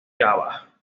java